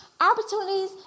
opportunities